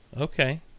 Okay